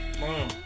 Mom